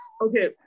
Okay